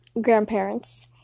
grandparents